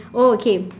oh okay